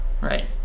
right